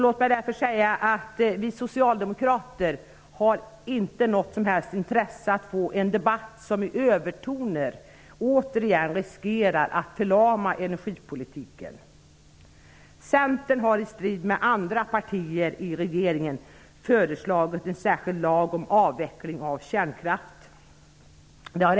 Låt mig därför säga att vi socialdemokrater inte har något som helst intresse av att få en debatt som genom sina övertoner återigen riskerar att förlama energipolitiken. Centern har i strid med andra partier i regeringen föreslagit en särskild lag om avveckling av kärnkraften.